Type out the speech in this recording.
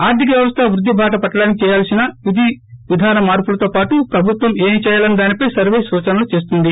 ఆర్థిక వ్యవస్థ వృద్ధి బాట పట్టడానికి చేయాల్సిన విధి విధాన మార్పులతో పాటు ప్రభుత్వం ఏం చేయాలన్న దానిపై సర్వే సూచనలు చేస్తుంది